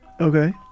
Okay